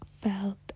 felt